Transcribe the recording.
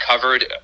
covered